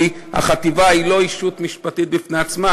כי החטיבה היא לא ישות משפטית בפני עצמה